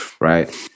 right